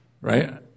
Right